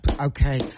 Okay